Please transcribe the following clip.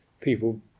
people